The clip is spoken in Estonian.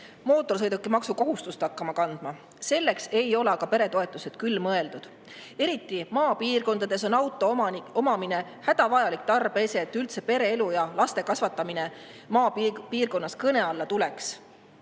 mootorsõidukimaksu kohustust kandma hakkama. Selleks ei ole peretoetused küll mõeldud. Eriti maapiirkondades on auto hädavajalik tarbeese, et üldse pereelu ja laste kasvatamine maapiirkonnas kõne alla tuleks.